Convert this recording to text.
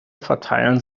verteilen